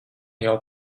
jau